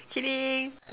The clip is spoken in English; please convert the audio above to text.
kidding